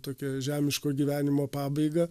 tokia žemiško gyvenimo pabaiga